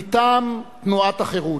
מטעם תנועת החרות.